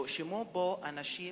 שהואשמו בו אנשים